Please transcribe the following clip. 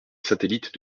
satellite